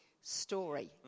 story